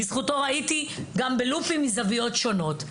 בזכותו ראיתי גם בלופים מזוויות שונות.